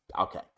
okay